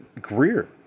Greer